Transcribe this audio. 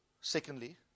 secondly